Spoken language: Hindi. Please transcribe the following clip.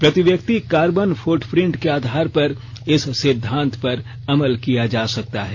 प्रति व्यक्ति कार्बन फ्टप्रिंट के आधार पर इस सिद्धांत पर अमल किया जा सकता है